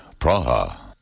Praha